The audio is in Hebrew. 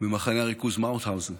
במחנה הריכוז מאוטהאוזן,